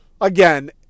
again